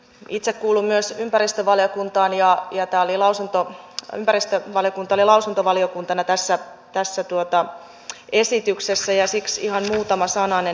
itse kuulun myös ympäristövaliokuntaan ja ympäristövaliokunta oli lausuntovaliokuntana tässä esityksessä ja siksi ihan muutama sananen